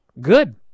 good